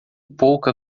pouca